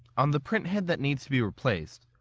on the print head that needs to be replaced,